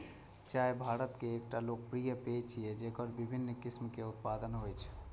चाय भारत के एकटा लोकप्रिय पेय छियै, जेकर विभिन्न किस्म के उत्पादन होइ छै